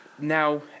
Now